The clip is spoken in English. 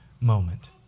moment